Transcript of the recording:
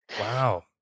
Wow